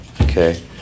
okay